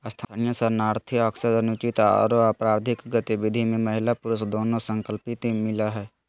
स्थानीय शरणार्थी अक्सर अनुचित आरो अपराधिक गतिविधि में महिला पुरुष दोनों संलिप्त मिल हई